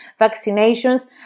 vaccinations